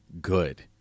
good